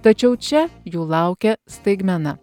tačiau čia jų laukia staigmena